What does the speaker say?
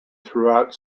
throughout